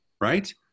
right